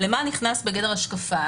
מה נכנס בגדר השקפה.